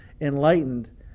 enlightened